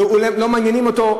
הם לא מעניינים אותו,